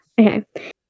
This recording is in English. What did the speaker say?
Okay